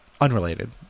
unrelated